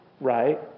right